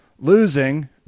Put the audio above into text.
losing